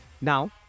Now